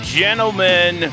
gentlemen